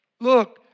Look